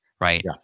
right